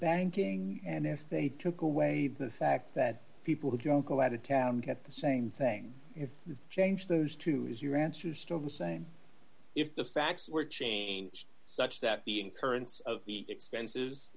banking and if they took away the fact that people who don't go out of town get the same thing if you change those two is your answer is still the same if the facts were changed such that being currents of the expens